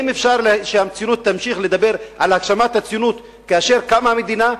האם אפשר שהציונות תמשיך לדבר על הגשמת הציונות כאשר קמה המדינה?